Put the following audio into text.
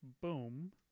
Boom